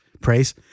praise